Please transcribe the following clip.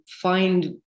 find